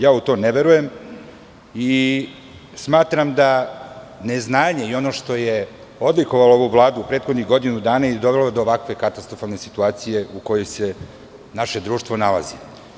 Ja u to ne verujem i smatram da neznanje i ono što je odlikovalo ovu Vladu prethodnih godinu dana i dovelo do ovakve katastrofalne situacije u kojoj se naše društvo nalazi.